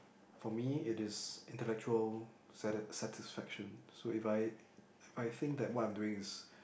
for me it is intellectual sati~ satisfaction so if I if I think that what I'm doing is